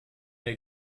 der